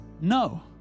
no